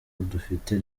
dufite